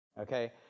Okay